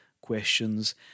questions